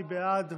מי בעד?